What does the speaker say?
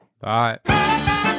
Bye